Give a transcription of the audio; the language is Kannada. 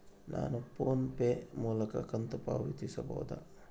ನಾವು ಫೋನ್ ಪೇ ಮೂಲಕ ಕಂತು ಪಾವತಿಸಬಹುದಾ?